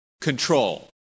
control